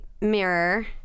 mirror